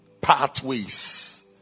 pathways